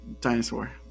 dinosaur